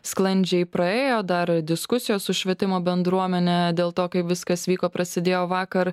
sklandžiai praėjo dar diskusijos su švietimo bendruomene dėl to kaip viskas vyko prasidėjo vakar